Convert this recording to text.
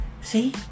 See